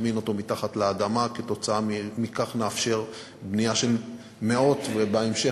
נטמין אותו מתחת לאדמה וכך נאפשר בנייה של מאות ובהמשך